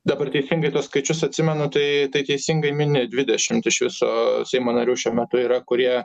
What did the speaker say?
dabar teisingai tuos skaičius atsimenu tai tai teisingai mini dvidešimt iš viso seimo narių šiuo metu yra kurie